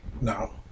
No